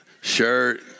Shirt